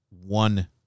one